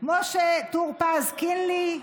משה טור פז, קינלי,